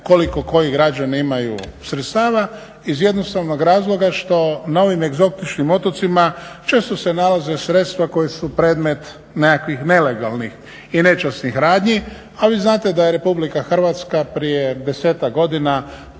koliko koji građani imaju sredstava iz jednostavnog razloga što na ovim egzotičnim otocima često se nalaze sredstva koji su predmet nekakvih nelegalnih i nečasnih radni, a vi znate da je Republika Hrvatska prije desetak godina